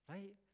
Right